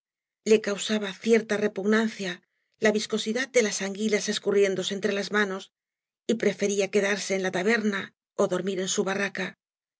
le causaba cierta repugnancia la cañas barro iiacobidad de laa anguilas escurriéndobe entre las mauoby y prefería quedarse en la taberna ó dormir en su barraca